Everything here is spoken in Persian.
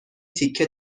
تیکه